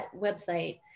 website